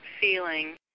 feeling